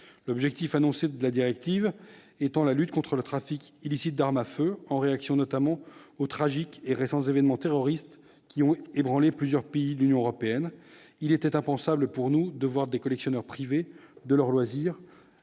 L'objectif annoncé de la directive étant la lutte contre le trafic illicite d'armes à feu, en réaction notamment aux tragiques et récents événements terroristes qui ont ébranlé plusieurs pays de l'Union européenne, il était impensable pour nous de voir des collectionneurs privés de leur loisir